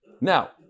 Now